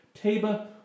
Tabor